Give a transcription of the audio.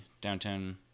downtown